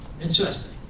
Interesting